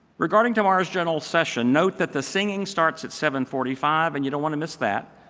regarding tomorrow's general session, note that the singing starts at seven forty five and you don't want to miss that.